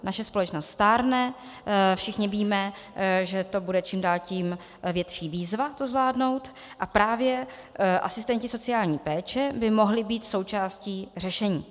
Naše společnost stárne, všichni víme, že to bude čím dál tím větší výzva to zvládnout, a právě asistenti sociální péče by mohli být součástí řešení.